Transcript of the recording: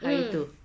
mm